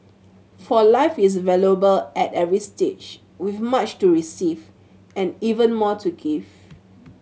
for life is valuable at every stage with much to receive and even more to give